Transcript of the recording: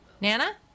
Nana